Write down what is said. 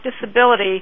disability